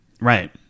Right